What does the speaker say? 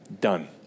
Done